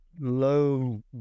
low